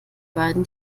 beiden